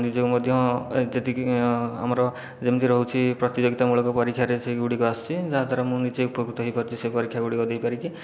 ନିଜକୁ ମଧ୍ୟ ଆମର ଯେମିତି ରହୁଛି ପ୍ରତିଯୋଗିତା ମୂଳକ ପରୀକ୍ଷାରେ ସେଗୁଡ଼ିକ ଆସୁଛି ଯାହା ଦ୍ଵାରା ମୁଁ ନିଜେ ଉପକୃତ ହୋଇପାରୁଛି ସେହି ପରୀକ୍ଷାଗୁଡ଼ିକ ଦେଇପାରିକି